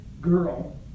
girl